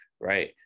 right